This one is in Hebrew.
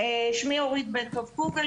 שמסדיר את עיקר הפעילות של נת״ע,